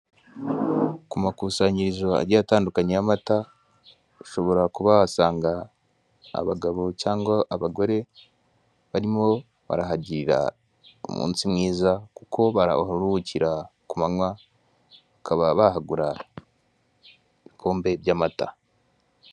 Ku makusanyirizo agiye atandukanye ya mata ushobora kuba wasanga abagabo cyangwa abagore barimo barahagirira umunsi mwiza kuko baraharuhukira ku manywa bakaba bahagura ibikombe by'amata.